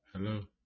Hello